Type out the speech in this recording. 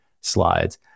slides